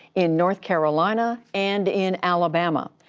in north carolina, and in alabama.